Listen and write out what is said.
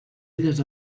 elles